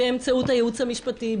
באמצעות הייעוץ המשפטי,